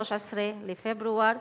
13 בפברואר,